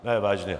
Ne, vážně.